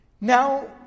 Now